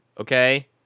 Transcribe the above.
Okay